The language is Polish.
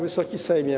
Wysoki Sejmie!